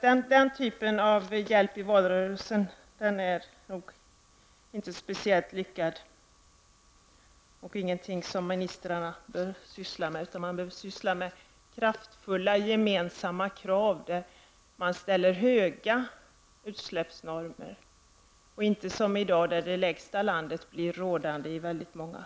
Denna typ av hjälp under en valrörelse är nog inte speciellt lyckad och ingenting som ministrarna har anledning att syssla med. I stället bör man syssla med kraftfulla gemensamma krav där man fastställer höga utsläppsnormer, och inte som i dag när det land som har de lägsta gränserna för utsläpp blir normgivande.